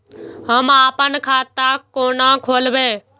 हम आपन खाता केना खोलेबे?